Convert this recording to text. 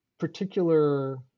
particular